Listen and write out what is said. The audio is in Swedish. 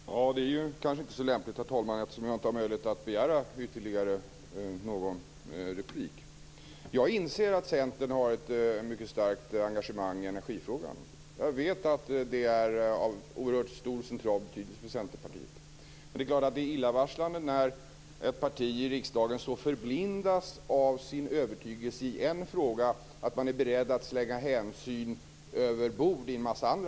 Herr talman! Det är kanske inte så lämpligt, eftersom jag inte har möjlighet att begära ytterligare någon replik. Jag inser att Centern har ett mycket starkt engagemang i energifrågan. Jag vet att det har oerhört central betydelse för Centerpartiet. Det är klart att det är illavarslande när ett parti i riksdagen är så förblindat av sin övertygelse i en fråga att man är beredd att slänga hänsyn i en mängd andra frågor överbord.